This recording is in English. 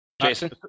Jason